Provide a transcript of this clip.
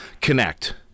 Connect